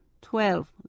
twelve